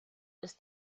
ist